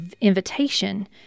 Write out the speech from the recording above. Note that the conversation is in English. invitation